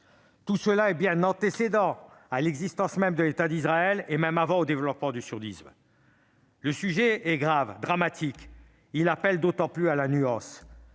Tout cela est bien antécédent à l'existence même de l'État d'Israël, voire au développement du sionisme. Le sujet est grave, il est dramatique. Il appelle d'autant plus à la nuance.